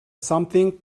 something